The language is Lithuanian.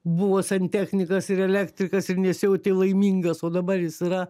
buvo santechnikas ir elektrikas ir nesijautė laimingas o dabar jis yra